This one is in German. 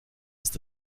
ist